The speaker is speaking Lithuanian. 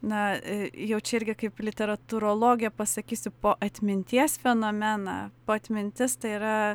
na jau čia irgi kaip literatūrologė pasakysiu poatminties fenomeną poatmintis tai yra